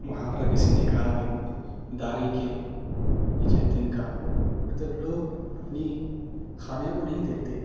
محاورہ کسی نے کہا کہ داڑھی کے نیچے تنکا مطلب لوگ اپنی خامیا کو نہیں دیکھتے